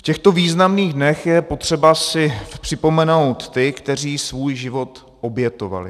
V těchto významných dnech je potřeba si připomenout ty, kteří svůj život obětovali.